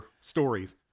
stories